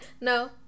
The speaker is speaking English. No